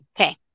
Okay